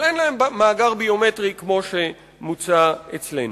אבל אין להם מאגר ביומטרי כמו שמוצע אצלנו.